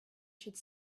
should